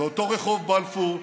זה אותו רחוב בלפור,